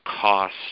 Cost